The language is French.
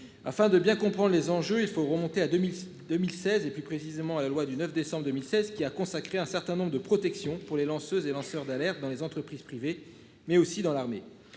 afin de bien comprendre les enjeux, il faut remonter à 2002 1016 et plus précisément à la loi du 9 décembre 2016 qui a consacré un certain nombre de protection pour les lanceuses et lanceur d'alerte dans les entreprises privées, mais aussi dans l'armée.